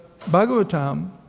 Bhagavatam